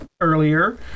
earlier